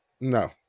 No